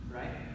right